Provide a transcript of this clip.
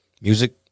music